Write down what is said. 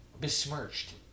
besmirched